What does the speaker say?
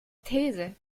these